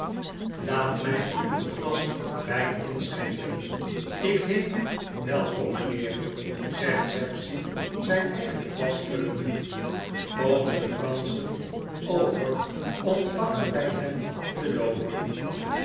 laat mij u een glas wijn inschenken ik heet u welkom mijnheer zegt sapsea zijn eigen glas vullende komen de fransehen over ontvangeu wij heu te dover